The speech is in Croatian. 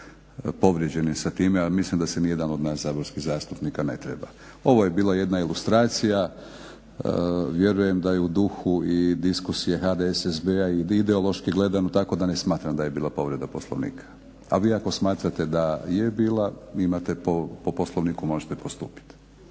povrijeđenim sa time, a mislim da se nijedan od nas saborskih zastupnika ne treba. Ovo je bila jedna ilustracija, vjerujem da je u duhu i diskusije HDSSB-a i ideološki gledano, tako da ne smatram da je bila povreda Poslovnika, a vi ako smatrate da je bila imate po, po Poslovniku možete postupiti.